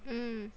mm